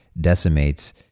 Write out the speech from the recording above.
decimates